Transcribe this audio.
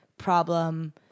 problem